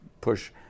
push